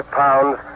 pounds